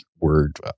word